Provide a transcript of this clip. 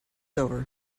over